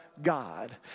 God